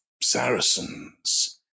Saracens